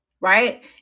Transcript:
right